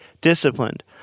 disciplined